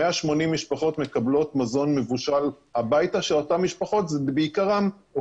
180 משפחות מקבלות מזון מבושל הביתה שאותם משפחות זה בעיקרם או